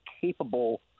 capable